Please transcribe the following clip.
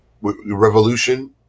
revolution